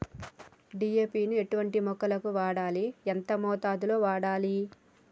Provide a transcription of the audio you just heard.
DAP ని ఎటువంటి మొక్కలకు వాడాలి? ఎంత మోతాదులో వాడాలి?